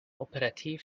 operativ